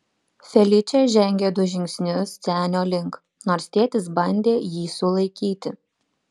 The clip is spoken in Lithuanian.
feličė žengė du žingsnius senio link nors tėtis bandė jį sulaikyti